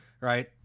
right